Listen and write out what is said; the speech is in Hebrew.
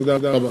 תודה רבה.